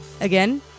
Again